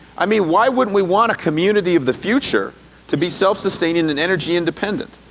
i mean why wouldn't we want a community of the future to be self-sustaining and energy independent?